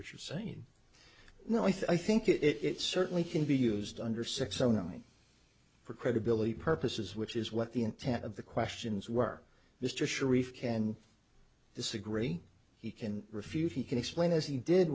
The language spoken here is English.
what you're sane now i think it it certainly can be used under six o nine for credibility purposes which is what the intent of the questions were mr sharif can disagree he can refuse he can explain as he did